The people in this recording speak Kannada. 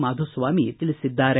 ಮಾಧುಸ್ವಾಮಿ ತಿಳಿಸಿದ್ದಾರೆ